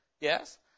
Yes